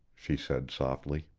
she said softly.